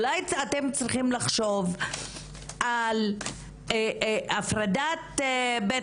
אולי אתם צריכים לחשוב על הפרדת בית